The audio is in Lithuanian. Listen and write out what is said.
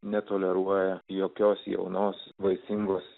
netoleruoja jokios jaunos vaisingos